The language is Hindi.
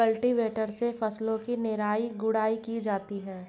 कल्टीवेटर से फसलों की निराई गुड़ाई की जाती है